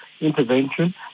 intervention